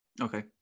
Okay